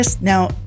now